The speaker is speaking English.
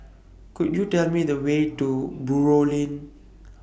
Could YOU Tell Me The Way to Buroh Lane